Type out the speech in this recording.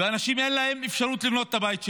ולאנשים אין אפשרות לבנות את הבית שלהם.